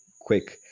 quick